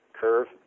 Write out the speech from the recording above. curve